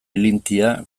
ilintia